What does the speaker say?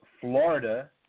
Florida